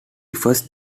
first